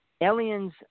Aliens